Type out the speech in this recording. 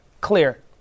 Clear